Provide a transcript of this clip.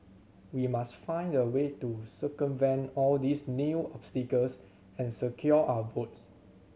we must find a way to circumvent all these new obstacles and secure our votes